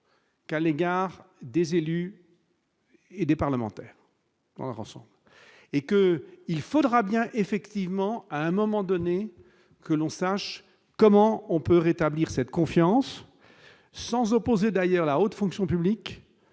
à l'égard des élus et des parlementaires rançon et que il faudra bien effectivement à un moment donné, que l'on sache comment on peut rétablir cette confiance sans imposer, d'ailleurs, la haute fonction publique